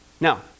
now